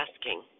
asking